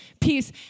peace